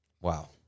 Wow